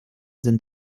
sind